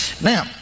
Now